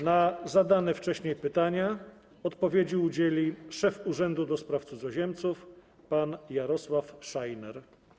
Na zadane wcześniej pytania odpowiedzi udzieli szef Urzędu do Spraw Cudzoziemców pan Jarosław Szajner.